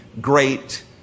great